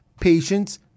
patience